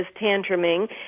tantruming